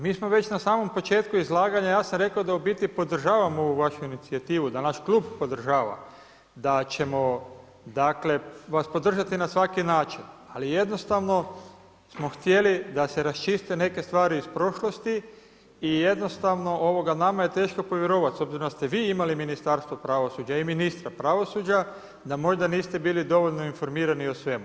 Mi smo već na samom početku izlaganja, ja sam rekao da u biti podržavam ovu vašu inicijativu, da naš klub podržava, da ćemo vas podržati na svaki način ali jednostavno smo htjeli da se raščiste neke stvari iz prošlosti i jednostavno nama je teško povjerovat s obzirom da ste vi imali Ministarstvo pravosuđa i ministra pravosuđa da možda niste bili dovoljno informirani o svemu.